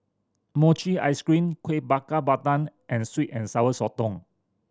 mochi ice cream Kueh Bakar Pandan and sweet and Sour Sotong